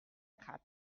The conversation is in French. trappe